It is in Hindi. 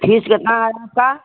फीस कितना है आपका